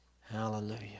Hallelujah